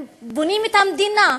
הם בונים את המדינה,